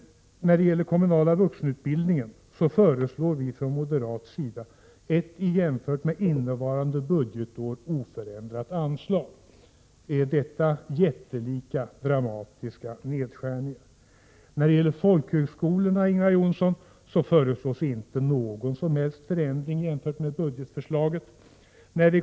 När det gäller den kommunala vuxenutbildningen föreslår vi från moderat sida ett i jämförelse med innevarande budgetår oförändrat anslag. Är detta jättelika, dramatiska nedskärningar? När det gäller folkhögskolorna, Ingvar Johnsson, föreslås inte någon som helst förändring jämfört med budgetförslaget.